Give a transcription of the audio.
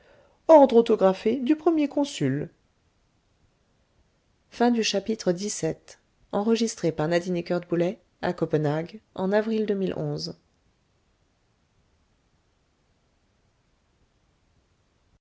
ordre l'ordre du premier consul